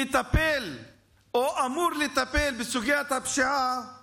שמטפל או אמור לטפל בסוגיית הפשיעה